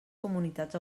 comunitats